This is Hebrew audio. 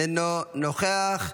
אינו נוכח,